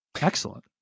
Excellent